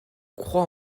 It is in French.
crois